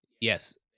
Yes